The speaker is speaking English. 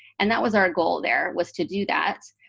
and that was our goal there, was to do that.